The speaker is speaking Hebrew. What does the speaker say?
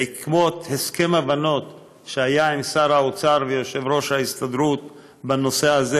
בעקבות הסכם הבנות שהיה עם שר האוצר ויושב-ראש ההסתדרות בנושא הזה,